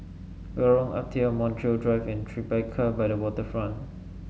Lorong Ah Thia Montreal Drive and Tribeca by the Waterfront